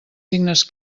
signes